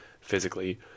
physically